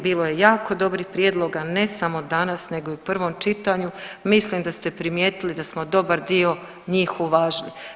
Bilo je jako dobrih prijedloga, ne samo danas nego i u prvom čitanju, mislim da ste primijetili da smo dobar dio njih uvažili.